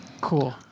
Cool